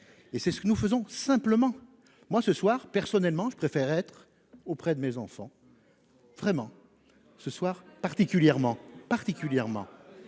et c'est ce que nous faisons simplement moi ce soir. Personnellement, je préfère être auprès de mes enfants. Vraiment, ce soir, particulièrement particulièrement.